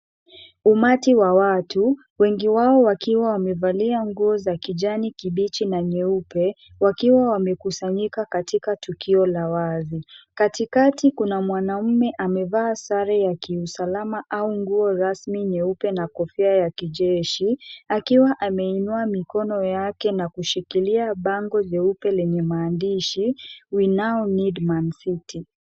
Umati wa watu, wengi wao wakiwa wamevalia nguo za kijani kibichi na nyeupe, wakiwa wamekusanyika katika tukio la wazi. Katika kuna mwanamme amevaa sare ya kiusalama au rasmi nyeupe na kofia ya kijeshi akiwa ameinua mikono yake na kushikilia bango jeupe lenye maandishi, we now need man city .